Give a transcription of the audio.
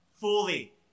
fully